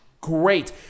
great